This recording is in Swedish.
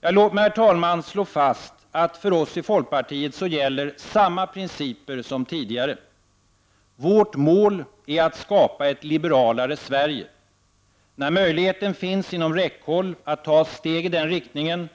Låt mig slå fast att för oss i folkpartiet gäller samma principer som tidigare. Vårt mål är att skapa ett liberalare Sverige. När möjligheten finns inom räckhåll att ta steg i den riktningen